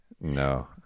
No